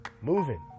moving